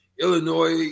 Illinois